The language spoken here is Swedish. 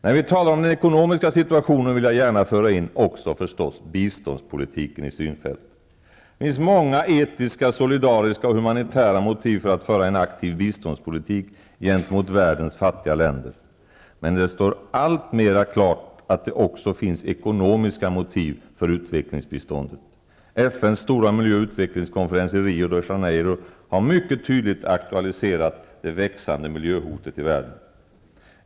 När vi talar om den ekonomiska situationen vill jag naturligtvis gärna föra in också biståndspolitiken i synfältet. Det finns många etiska, solidariska och humanitära motiv för att föra en aktiv biståndspolitik gentemot världens fattiga länder. Men det står alltmera klart att det också finns ekonomiska motiv för utvecklingsbiståndet. FN:s stora miljö och utvecklingskonferens i Rio de Janeiro har mycket tydligt aktualiserat det växande miljöhotet i världen.